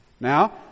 Now